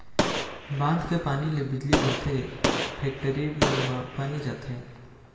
बांध के पानी ले बिजली बनथे, फेकटरी मन म पानी जाथे